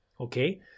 Okay